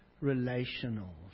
relational